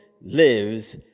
lives